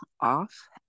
off